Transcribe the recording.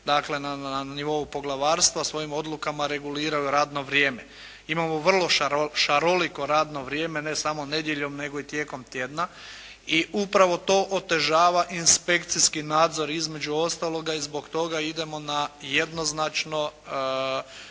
dakle, na nivou poglavarstva svojim odlukama reguliraju radno vrijeme. Imamo vrlo šaroliko radno vrijeme, ne samo nedjeljom nego i tijekom tjedna i upravo to otežava inspekcijski nadzor između ostaloga i zbog toga idemo na jednoznačno